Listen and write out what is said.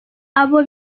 abo